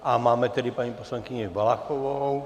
A máme tedy paní poslankyni Valachovou.